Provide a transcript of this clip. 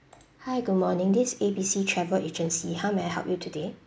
hi good morning this A B C travel agency how may I help you today